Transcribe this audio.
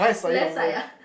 left side ah